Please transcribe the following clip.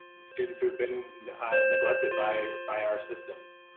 students who have been neglected by by our systems.